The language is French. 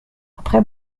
après